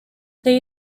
they